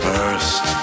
First